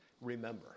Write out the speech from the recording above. remember